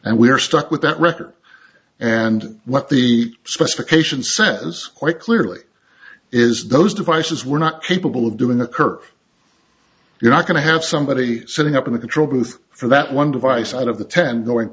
and we're stuck with that record and what the specifications set is quite clearly is those devices were not capable of doing the curve you're not going to have somebody sitting up in the control booth for that one device out of the ten going